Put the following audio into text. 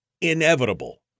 inevitable